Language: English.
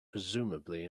presumably